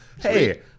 hey